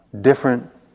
different